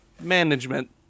management